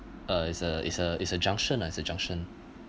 ah is a is a is a junction ah is a junction